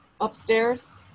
upstairs